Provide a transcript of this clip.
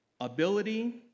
ability